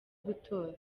gutora